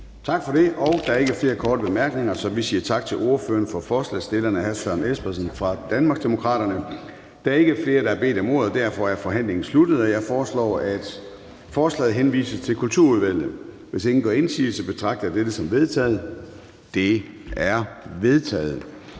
Tak for det. Der er ikke flere korte bemærkninger. Så vi siger tak til ordføreren for forslagsstillerne, hr. Søren Espersen fra Danmarksdemokraterne. Der er ikke flere, der har bedt om ordet, og derfor er forhandlingen sluttet. Jeg foreslår, at forslaget til folketingsbeslutning henvises til Kulturudvalget. Hvis ingen gør indsigelse, betragter jeg dette som vedtaget. Det er vedtaget.